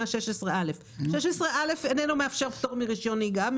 16א. 16א אינו מאפשר פטור מרישיון נהיגה.